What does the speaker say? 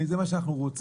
האם זה מה שאנחנו רוצים?